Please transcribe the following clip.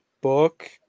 Book